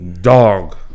dog